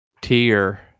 tier